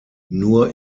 nur